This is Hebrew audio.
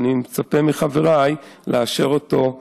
ואני מצפה מחבריי לאשר אותו.